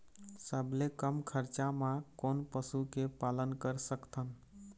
सबले कम खरचा मा कोन पशु के पालन कर सकथन?